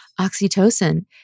oxytocin